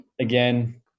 again